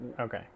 Okay